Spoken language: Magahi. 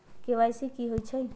के.वाई.सी कि होई छई?